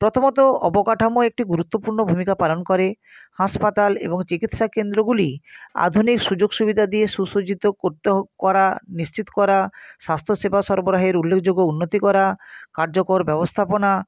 প্রথমত অবকাঠামো একটা গুরুত্বপূর্ণ ভূমিকা পালন করে হাসপাতাল এবং চিকিৎসাকেন্দ্রগুলি আধুনিক সুযোগ সুবিধা দিয়ে সুসজ্জিত করতে করা নিশ্চিত করা স্বাস্থ্যসেবা সরবরাহের উল্লেখযোগ্য উন্নতি করা কার্যকর ব্যবস্থাপনা